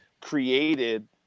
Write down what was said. created